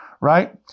right